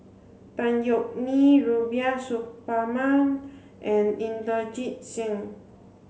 Tan Yeok Nee Rubiah Suparman and Inderjit Singh